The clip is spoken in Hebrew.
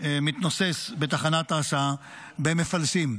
מתנוסס בתחנת ההסעה במפלסים.